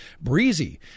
breezy